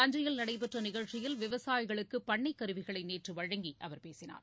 தஞ்சையில் நடைபெற்ற நிகழ்ச்சியில் விவசாயிகளுக்கு பண்ணைக் கருவிகளை நேற்று வழங்கி அவர் பேசினார்